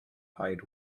hired